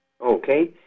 Okay